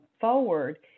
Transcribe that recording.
forward